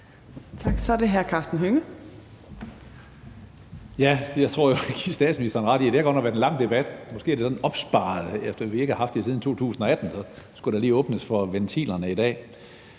Hønge. Kl. 17:49 Karsten Hønge (SF): Jeg tror, at jeg vil give statsministeren ret i, at det godt nok har været en lang debat. Måske er det sådan en opsparet talelyst, fordi vi ikke har haft det siden 2018, og så skulle der lige åbnes for ventilerne i dag.